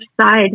side